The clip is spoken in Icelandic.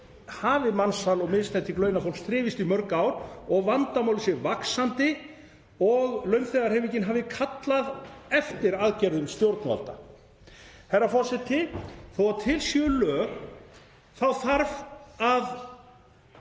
hafi mansal og misneyting launafólks þrifist í mörg ár og vandamálið sé vaxandi og launþegahreyfingin hafi kallað eftir aðgerðum stjórnvalda. Herra forseti. Þó að til séu lög þá þarf að